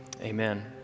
amen